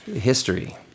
history